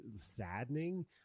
saddening